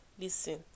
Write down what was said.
listen